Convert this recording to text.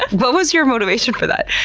what was your motivation for that?